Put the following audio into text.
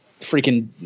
freaking